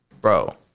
bro